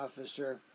officer